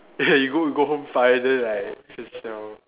okay you go you go home find then like can sell